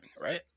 right